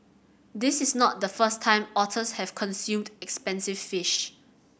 this is not the first time otters have consumed expensive fish